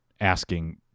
asking